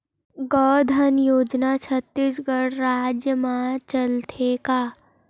गौधन योजना छत्तीसगढ़ राज्य मा चलथे का?